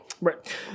Right